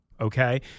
okay